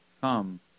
come